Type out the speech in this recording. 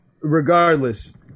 Regardless